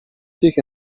sich